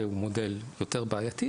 שהוא מודל יותר בעייתי,